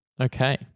Okay